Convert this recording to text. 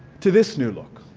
to this new look.